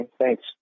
thanks